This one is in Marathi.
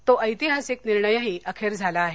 तो ऐतिहासिक निर्णयही अखेर झाला आहे